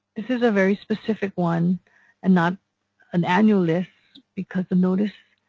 this is a very specific one and not an annual list because the notice